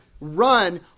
run